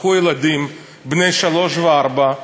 לקחו ילדים בני שלוש וארבע,